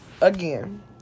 again